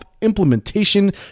implementation